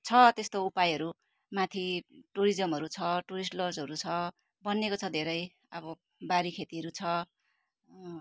छ त्यस्तो उपायहरू माथि टुरिजमहरू छ टुरिस्ट लजहरू छ बनिएको छ धेरै अब बारी खेतीहरू छ